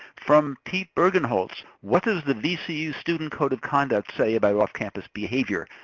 from pete bergenholtz, what does the vcu student code of conduct say about off-campus behavior?